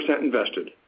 invested